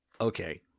okay